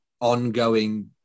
ongoing